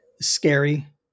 scary